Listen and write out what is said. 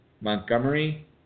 Montgomery